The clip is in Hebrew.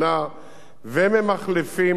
וממחלפים את היציאות,